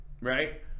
right